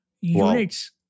units